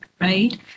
right